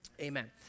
amen